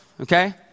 okay